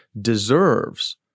deserves